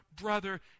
brother